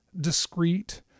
discrete